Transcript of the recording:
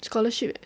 scholarship eh